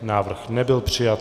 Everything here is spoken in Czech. Návrh nebyl přijat.